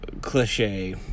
cliche